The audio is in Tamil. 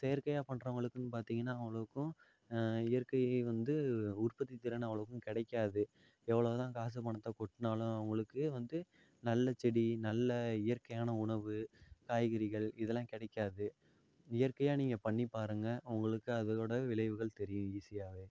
செயற்கையாக பண்ணுறவங்களுக்குன்னு பார்த்திங்கன்னா அவ்வளோக்கும் இயற்கை வந்து உற்பத்தி திறன் அவ்வளோக்கும் கிடைக்காது எவ்ளோ தான் காசு பணத்தை கொட்டினாலும் அவங்களுக்கு வந்து நல்ல செடி நல்ல இயற்கையான உணவு காய்கறிகள் இதெலாம் கிடைக்காது இயற்கையாக நீங்கள் பண்ணி பாருங்கள் உங்களுக்கு அதோட விளைவுகள் தெரியும் ஈஸியாகவே